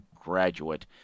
graduate